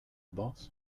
boss